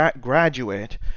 graduate